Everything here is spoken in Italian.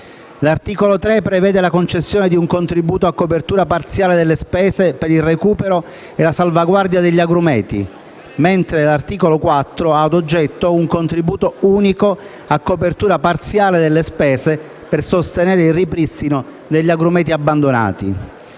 L'articolo 3 prevede la concessione di un contributo a copertura parziale delle spese per il recupero e la salvaguardia degli agrumeti, mentre l'articolo 4 ha a oggetto un contributo unico a copertura parziale delle spese per sostenere il ripristino degli agrumeti abbandonati.